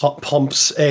pumps